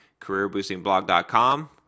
careerboostingblog.com